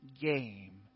game